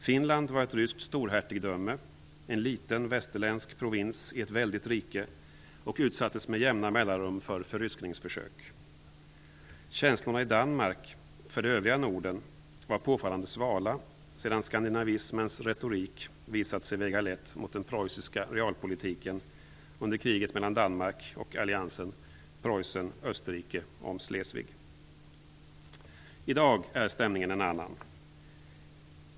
Finland var ett ryskt storhertigdöme, en liten västerländsk provins i ett väldigt rike, och utsattes med jämna mellanrum för förryskningsförsök. Känslorna i Danmark för det övriga Norden var påfallande svala sedan skandinavismens retorik visat sig väga lätt mot den preussiska realpolitiken under kriget mellan Danmark och alliansen Preussen-Österrike om Schleswig. I dag är stämningen en annan.